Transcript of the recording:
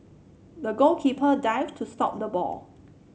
the goalkeeper dived to stop the ball